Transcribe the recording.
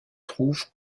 trouve